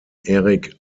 erik